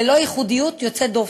ללא ייחודיות יוצאת דופן.